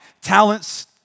talents